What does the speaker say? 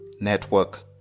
Network